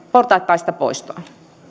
portaittaista poistoa